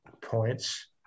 points